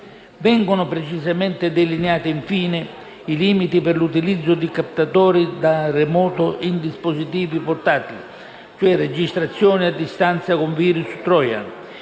Vengono precisamente delineati, infine, i limiti per l'utilizzo di captatori da remoto in dispositivi portatili, cioè registrazioni a distanza con *virus* *trojan*.